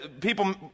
people